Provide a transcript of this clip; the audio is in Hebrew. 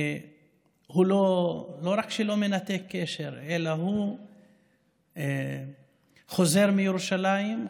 לא רק שהוא לא מנתק קשר אלא הוא חוזר מירושלים,